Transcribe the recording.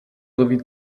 sowie